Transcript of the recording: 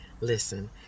Listen